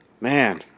Man